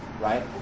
right